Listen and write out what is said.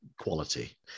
quality